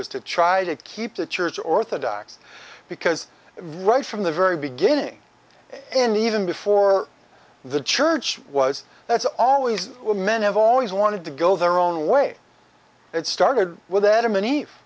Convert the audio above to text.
is to try to keep the church orthodox because right from the very beginning and even before the church was that's always men have always wanted to go their own way it started with adam and eve